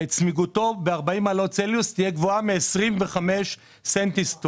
צמיגותו ב-40 מעלות צלזיוס תהיה גבוהה מ-25 סנטיסטוק.